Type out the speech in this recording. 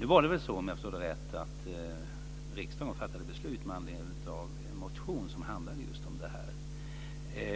Nu var det väl så, om jag förstått rätt, att riksdagen alldeles nyligen fattat beslut med anledning av en motion som handlade just om det här.